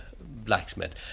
blacksmith